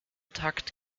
takt